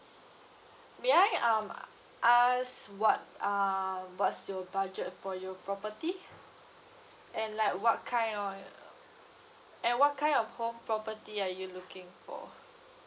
may I um I ask what uh what's your budget for your property and like what kind of and what kind of home property are you looking for